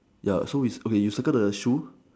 ya so is okay you circle the shoes